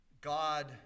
God